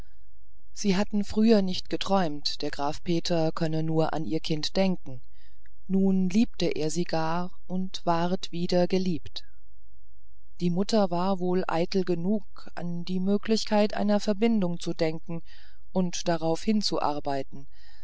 sie hatten früher nicht geträumt der graf peter könne nur an ihr kind denken nun liebte er sie gar und ward wieder geliebt die mutter war wohl eitel genug an die möglichkeit einer verbindung zu denken und darauf